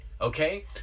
okay